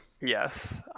Yes